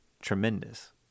tremendous